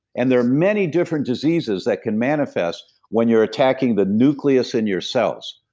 and there are many different diseases that can manifest when you're attacking the nucleus in your cells.